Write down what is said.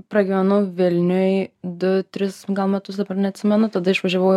pragyvenau vilniuj du tris gal metus dabar neatsimenu tada išvažiavau